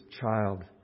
child